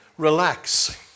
Relax